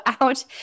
out